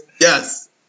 Yes